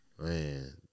man